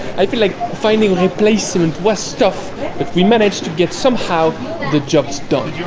i feel like finding a place in and west stuff but we managed to get somehow the jobs don't